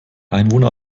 einwohner